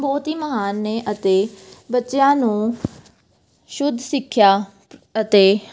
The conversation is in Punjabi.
ਬਹੁਤ ਹੀ ਮਹਾਨ ਨੇ ਅਤੇ ਬੱਚਿਆਂ ਨੂੰ ਸ਼ੁੱਧ ਸਿੱਖਿਆ ਅਤੇ